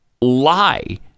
lie